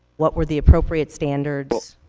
what were the appropriate standards.